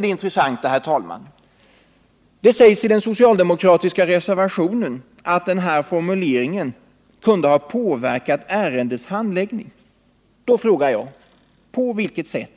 Det intressanta är, herr talman, att det i den socialdemokratiska reservationen görs gällande att den här formuleringen kunde ha påverkat ärendets handläggning. Jag vill då fråga: På vilket sätt?